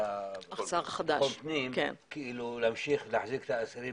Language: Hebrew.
לביטחון פנים להמשיך להחזיק את האסירים